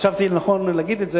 מצאתי לנכון להגיד את זה,